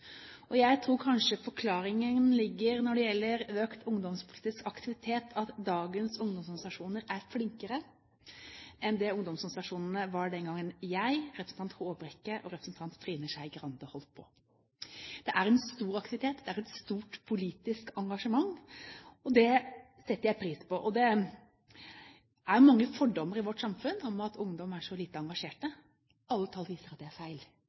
og jeg tror at forklaringen når det gjelder økt ungdomspolitisk aktivitet, kanskje ligger i at dagens ungdomsorganisasjoner er flinkere enn det ungdomsorganisasjonene var den gangen jeg, representanten Håbrekke og representanten Trine Skei Grande holdt på. Det er en stor aktivitet, det er et stort politisk engasjement, og det setter jeg pris på. Det er mange fordommer i vårt samfunn om at ungdom er så lite engasjerte. Alle tall viser at det er feil: